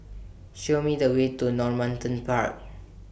Show Me The Way to Normanton Park